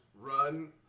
run